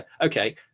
okay